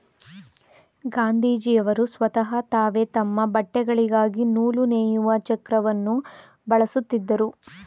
ಗಾಂಧೀಜಿಯವರು ಸ್ವತಹ ತಾವೇ ತಮ್ಮ ಬಟ್ಟೆಗಳಿಗಾಗಿ ನೂಲು ನೇಯುವ ಚಕ್ರವನ್ನು ಬಳಸುತ್ತಿದ್ದರು